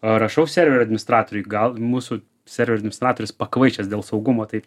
rašau serverio administratoriui gal mūsų serverio administratorius pakvaišęs dėl saugumo tai